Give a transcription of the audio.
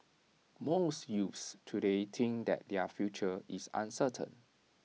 most youths today think that their future is uncertain